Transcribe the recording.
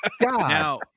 Now